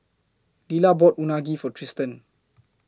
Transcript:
Lilah bought Unagi For Tristen